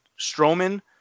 Strowman